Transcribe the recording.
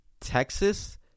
Texas